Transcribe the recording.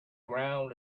ground